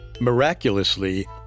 Miraculously